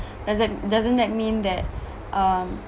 does that doesn't that mean that um